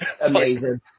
Amazing